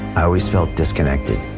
i always felt disconnected,